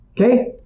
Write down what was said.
okay